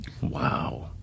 wow